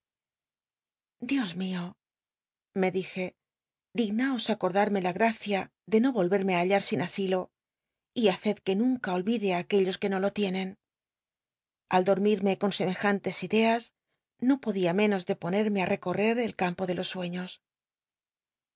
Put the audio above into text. dios mio me dije dignaos acotdarmc la gl'acia de no volverme ü halla sin a ilo y haced que nunca ohide á aquellos que no lo tienen adotmitme con semejantes ideas no podía menos de ponerme ü tecotrct el campo de los sueños